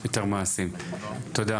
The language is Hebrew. יותר מעשים, תודה.